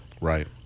Right